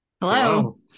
hello